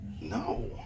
No